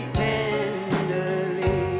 tenderly